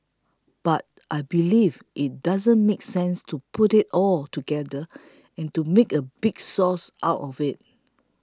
but I believe it doesn't make sense to put it all together and to make one big sauce out of it